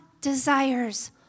desires